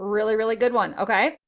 really, really good one, okay.